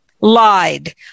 lied